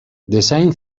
design